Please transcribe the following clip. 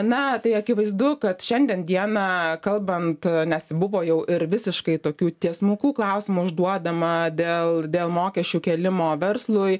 na tai akivaizdu kad šiandien dieną kalbant nes buvo jau ir visiškai tokių tiesmukų klausimų užduodama dėl dėl mokesčių kėlimo verslui